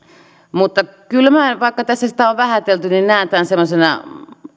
mutta kyllä minä vaikka tässä sitä on vähätelty näen tämän semmoisena